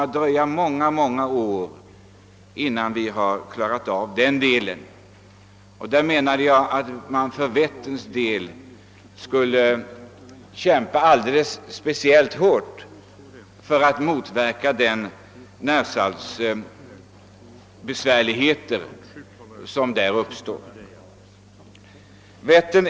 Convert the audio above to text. Alldeles speciellt hårt borde vi enligt min mening kämpa för att motverka de besvär med närsalter som kan uppstå 1 Vättern.